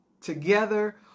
together